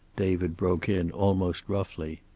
david broke in, almost roughly.